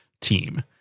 team